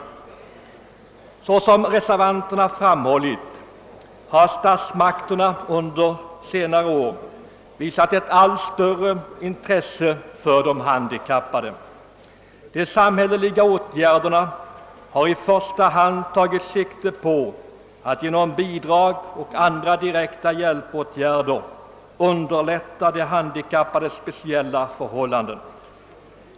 Såsom reservanterna framhållit har statsmakterna under senare år visat ett allt större intresse för de handikappade. De samhälleliga åtgärderna har i första hand tagit sikte på att genom bidrag och andra direkta hjälpåtgärder förbättra de handikappades speciella förhållanden.